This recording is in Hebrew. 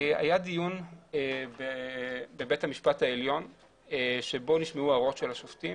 היה דיון בבית המשפט העליון שבו נשמעו הערות השופטים.